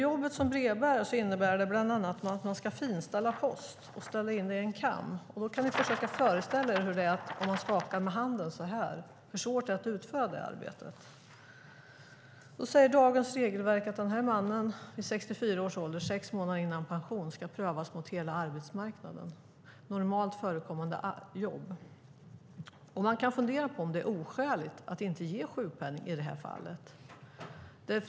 Jobbet som brevbärare innebär bland att man ska finställa post och ställa in den i en kam. Ni kan föreställa er hur svårt det är att utföra det arbetet om man skakar med handen. Dagens regelverk säger att den här mannen, vid 64 års ålder och sex månader innan han går i pension, ska prövas mot normalt förekommande jobb på hela arbetsmarknaden. Man kan fundera på om det är oskäligt att inte ge sjukpenning i det här fallet.